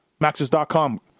Maxis.com